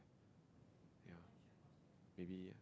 ya maybe